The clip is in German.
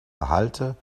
behalte